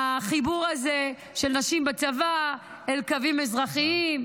החיבור הזה של נשים בצבא אל קווים אזרחיים,